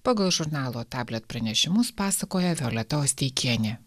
pagal žurnalo tablet pranešimus pasakoja violeta osteikienė